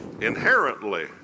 inherently